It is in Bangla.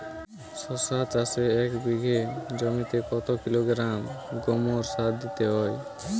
শশা চাষে এক বিঘে জমিতে কত কিলোগ্রাম গোমোর সার দিতে হয়?